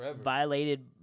violated